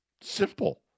Simple